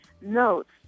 notes